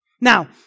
Now